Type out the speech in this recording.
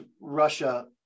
russia